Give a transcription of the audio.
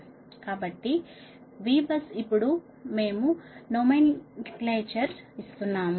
కాబట్టి Vbus ఇప్పుడు మేము నోమెన్క్లైచర్ ఇస్తున్నాము